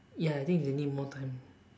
ya I think they need more time